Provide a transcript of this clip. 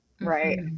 Right